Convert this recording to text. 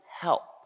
help